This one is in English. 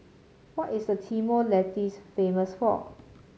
what is Timor Leste famous for